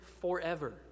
forever